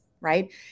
Right